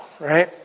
right